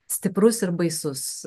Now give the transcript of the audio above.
stiprus ir baisus